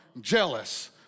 jealous